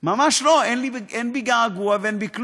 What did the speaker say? ממש לא, אין בי געגוע ואין בי כלום.